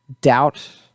Doubt